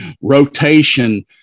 rotation